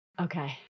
Okay